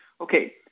Okay